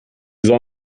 soll